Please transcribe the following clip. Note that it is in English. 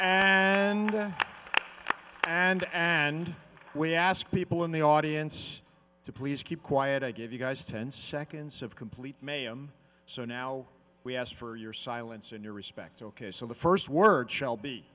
and and and we ask people in the audience to please keep quiet i give you guys ten seconds of complete mayhem so now we ask for your silence and your respect ok so the first words sh